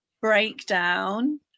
breakdown